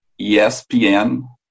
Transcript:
ESPN